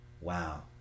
Wow